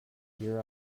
here